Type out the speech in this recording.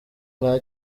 nta